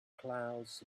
clouds